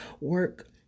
work